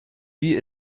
wie